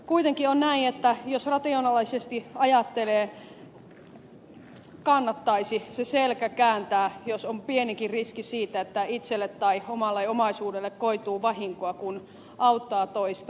kuitenkin on näin jos rationaalisesti ajattelee että kannattaisi se selkä kääntää jos on pienikin riski siitä että itselle tai omalle omaisuudelle koituu vahinkoa kun auttaa toista